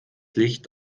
licht